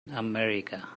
america